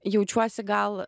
jaučiuosi gal